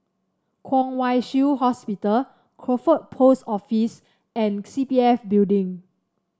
Kwong Wai Shiu Hospital Crawford Post Office and C P F Building